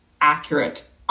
accurate